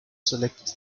selected